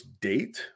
date